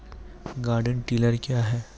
Garden tiller क्या हैं?